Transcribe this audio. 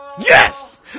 Yes